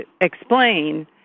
explain